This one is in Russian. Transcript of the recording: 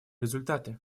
результаты